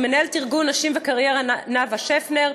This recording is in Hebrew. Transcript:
עם מנהלת ארגון נשים וקריירה נאוה שפנר,